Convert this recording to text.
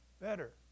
better